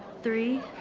three.